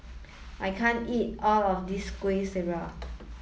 I can't eat all of this Kueh Syara